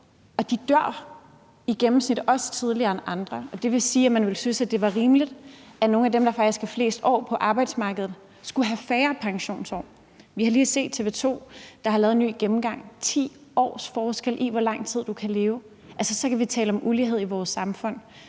og de dør i gennemsnit også tidligere end andre, og det vil sige, at man ville synes, at det var rimeligt, at nogle af dem, der faktisk har været flest år på arbejdsmarkedet, skulle have færre pensionsår. Vi har vi lige set, at TV 2 har lavet en ny gennemgang, som viser, at der er 10 års forskel på, hvor lang tid du kan leve. Altså, så kan vi tale om ulighed i vores samfund.